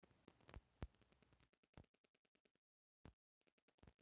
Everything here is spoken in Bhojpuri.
बांस से झोपड़ी अउरी घर भी बनावल जाला